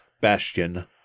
Bastion